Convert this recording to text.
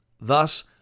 Thus